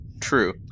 True